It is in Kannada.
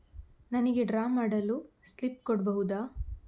ನನಿಗೆ ಡ್ರಾ ಮಾಡಲು ಸ್ಲಿಪ್ ಕೊಡ್ಬಹುದಾ?